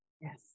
Yes